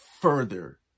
further